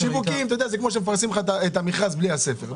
שיווקים זה כמו שמפרסמים את המכרז בלי הספר.